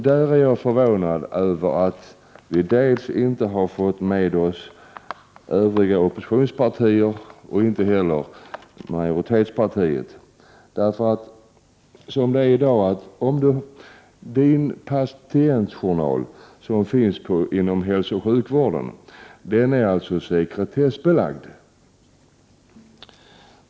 Jag är förvånad över att vi inte har fått med oss övriga oppositionspartier, och inte heller majoritetspartiet. Patientjournal som finns inom hälsooch sjukvården är sekretessbelagd.